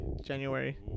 January